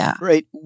right